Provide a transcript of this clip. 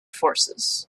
forces